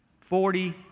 Forty